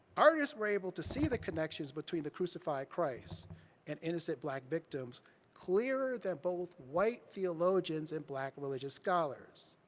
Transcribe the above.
artists were able to see the connections between the crucified christ and innocent black victims clearer than both white theologians and black religious scholars.